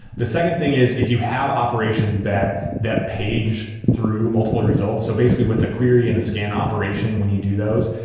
the second thing is if you have operations that that page through multiple results. so basically, with a query and a scan operation, when you do those,